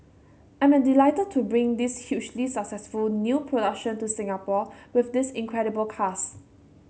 I am delighted to bring this hugely successful new production to Singapore with this incredible cast